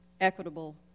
equitable